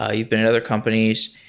ah you've been at other companies.